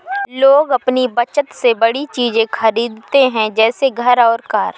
लोग अपनी बचत से बड़ी चीज़े खरीदते है जैसे घर और कार